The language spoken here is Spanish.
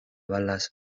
balas